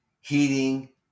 heating